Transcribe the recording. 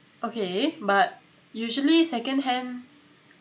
okay but usually second-hand